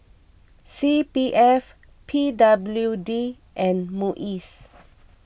C P F P W D and Muis